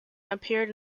appeared